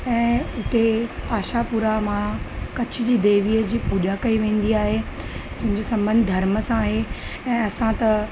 ऐं उते आशा पुरा मां कच्छ जी देवीअ जी पूॼा कई वेंदी आहे जिनि जो संॿंध धर्म सां आहे ऐं असां त